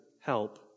help